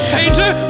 painter